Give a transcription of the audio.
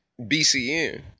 BCN